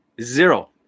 Zero